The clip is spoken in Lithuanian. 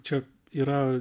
čia yra